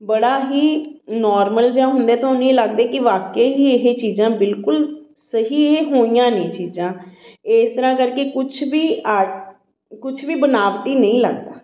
ਬੜਾ ਹੀ ਨੋਰਮਲ ਜਿਹਾ ਹੁੰਦਾ ਤੁਹਾਨੂੰ ਇਹ ਲੱਗਦਾ ਕਿ ਵਾਕੇ ਹੀ ਇਹ ਚੀਜ਼ਾਂ ਬਿਲਕੁਲ ਸਹੀ ਇਹ ਹੋਈਆਂ ਨੇ ਚੀਜ਼ਾਂ ਇਸ ਤਰ੍ਹਾਂ ਕਰਕੇ ਕੁਛ ਵੀ ਆ ਕੁਛ ਵੀ ਬਨਾਵਟੀ ਨਹੀਂ ਲੱਗਦਾ